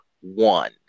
one